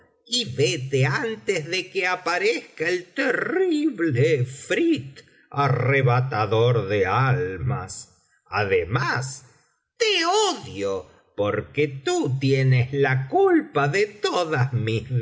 vete antes de que aparezca el terrible efrit arrebatador de almas además te odio porque tú tienes la culpa de todas mis